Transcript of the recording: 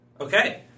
Okay